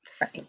right